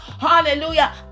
hallelujah